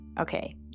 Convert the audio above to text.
Okay